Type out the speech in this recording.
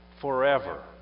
forever